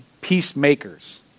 peacemakers